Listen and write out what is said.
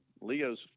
Leo's